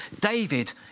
David